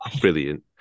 brilliant